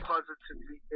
Positively